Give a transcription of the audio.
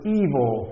evil